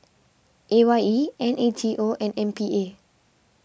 A Y E N A T O and M P A